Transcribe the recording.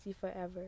forever